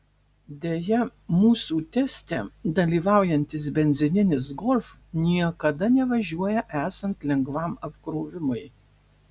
deja mūsų teste dalyvaujantis benzininis golf niekada nevažiuoja esant lengvam apkrovimui